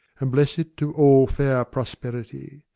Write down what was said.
and bless it to all fair prosperity.